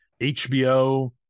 HBO